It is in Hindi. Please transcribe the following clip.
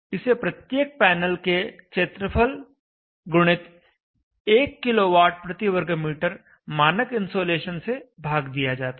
इसे प्रत्येक पैनल के क्षेत्रफल गुणित 1 kWm2 मानक इन्सोलेशन से भाग दिया जाता है